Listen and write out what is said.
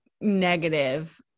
negative